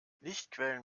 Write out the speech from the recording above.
lichtquellen